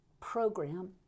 program